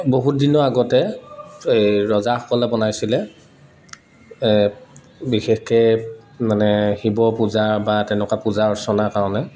বহুত দিনৰ আগতে এই ৰজাসকলে বনাইছিলে বিশেষকে মানে শিৱ পূজা বা তেনেকুৱা পূজা অৰ্চনাৰ কাৰণে